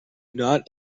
not